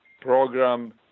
program